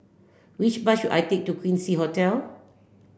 which bus should I take to Quincy Hotel